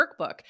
workbook